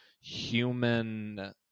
human